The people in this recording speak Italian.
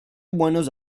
buenos